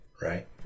Right